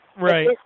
Right